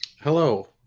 Hello